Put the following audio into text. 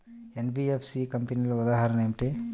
NBFC కంపెనీల ఉదాహరణ ఏమిటి?